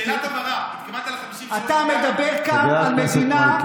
שאלת הבהרה: התכוונת ל-53 מיליארד?